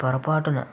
పొరపాటున